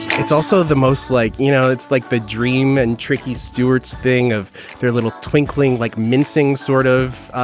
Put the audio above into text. it's also the most like you know, it's like the dream and tricky stewart's thing of their little twinkling, like mincing sort of,